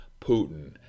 Putin